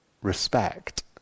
respect